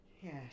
Yes